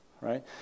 right